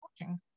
watching